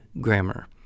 grammar